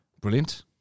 brilliant